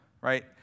right